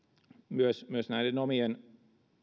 myös myös näiden omien